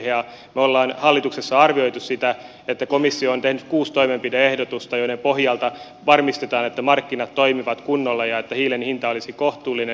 me olemme hallituksessa arvioineet sitä että komissio on tehnyt kuusi toimenpide ehdotusta joiden pohjalta varmistetaan että markkinat toimivat kunnolla ja että hiilen hinta olisi kohtuullinen